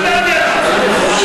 אני חושב,